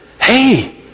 Hey